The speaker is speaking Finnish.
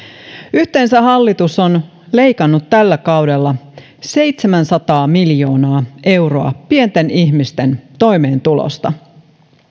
yhteensä hallitus on leikannut tällä kaudella seitsemänsataa miljoonaa euroa pienten ihmisten toimeentulosta